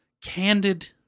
candid